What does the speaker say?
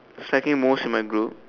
slacking most in my group